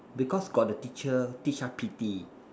because got the teacher teach us P_T